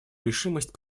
решимость